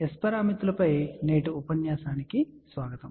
S పారామితులపై నేటి ఉపన్యాసానికి స్వాగతం